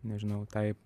nežinau tai